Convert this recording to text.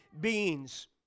beings